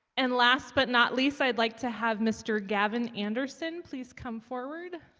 and last but not least i'd like to have mr. gavin anderson, please come forward